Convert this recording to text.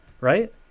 right